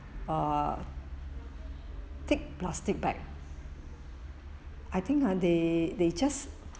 uh take plastic bag I think ah they they just